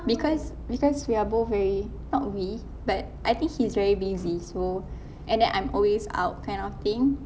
because because we are both very not we but I think he's very busy so and then I'm always out kind of thing